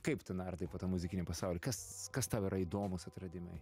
kaip tu nardai po to muzikinį pasaulį kas kas tau yra įdomūs atradimai